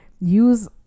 use